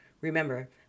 remember